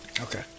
Okay